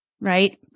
right